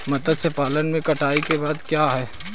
मत्स्य पालन में कटाई के बाद क्या है?